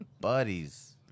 buddies